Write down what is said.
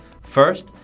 First